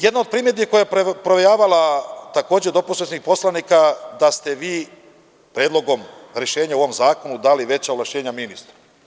Jedna od primedbi koja je provejavala takođe od opozicionih poslanika, da ste vi predlogom rešenja u ovom zakonu dali veća ovlašćenja ministru.